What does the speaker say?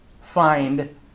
find